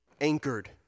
anchored